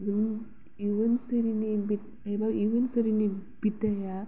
नों इयुन सिरिनि बि एबा इयुन सिरिनि बिद्याया